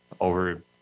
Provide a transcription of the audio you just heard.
over